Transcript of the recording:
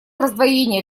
раздвоение